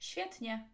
Świetnie